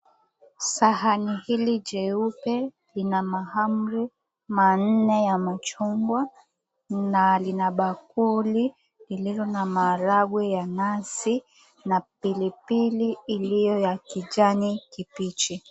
Sahani hili jeupe lina mahamri manne ya machungwa na vina bakuli vilivyo na maharagwe ya nazi na pilipili iliyo ya kijani kibichi.